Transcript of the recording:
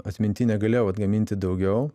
atminty negalėjau atgaminti daugiau